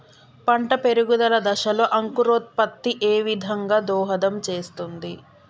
పంట పెరుగుదల దశలో అంకురోత్ఫత్తి ఏ విధంగా దోహదం చేస్తుంది?